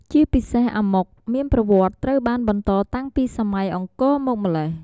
ជាពិសេសអាម៉ុកមានប្រវត្តិត្រូវបានបន្តតាំងពីសម័យអង្គរមកម៉្លេះ។